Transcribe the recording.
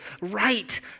right